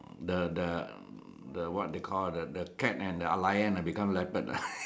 the the the what they call the the cat and the lion become leopard lah